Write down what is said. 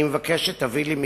אני מבקש שתביא לי מקרים.